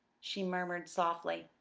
she murmured softly.